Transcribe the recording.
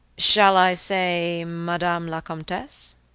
shall i say madame la comtesse